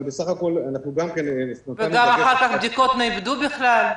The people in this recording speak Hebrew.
אבל בסך הכול אנחנו גם כן --- וגם אחר כך בדיוק נאבדו בכלל.